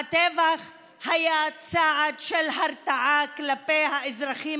הטבח היה צעד של הרתעה כלפי האזרחים